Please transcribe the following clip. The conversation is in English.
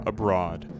Abroad